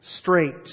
straight